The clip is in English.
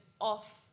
Off